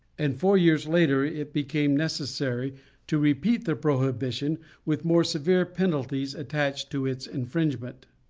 and four years later it became necessary to repeat the prohibition with more severe penalties attached to its infringement.